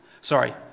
Sorry